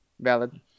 Valid